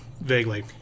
vaguely